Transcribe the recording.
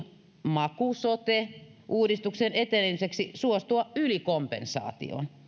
maku sote uudistuksen etenemiseksi suostua ylikompensaatioon